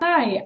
Hi